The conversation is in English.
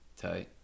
Tight